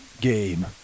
Game